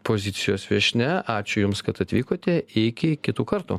pozicijos viešnia ačiū jums kad atvykote iki kitų kartų